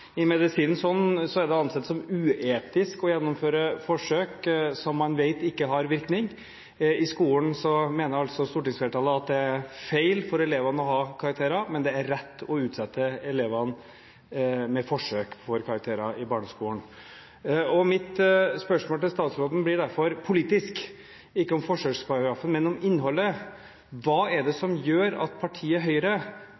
I medisinen er det ansett som uetisk å gjennomføre forsøk som man vet ikke har noen virkning. I skolen mener altså stortingsflertallet at det er feil for elevene å ha karakterer, men at det er rett å utsette elevene for forsøk med karakterer i barneskolen. Mitt spørsmål til statsråden blir derfor politisk, ikke om forsøksparagrafen, men om innholdet: Hva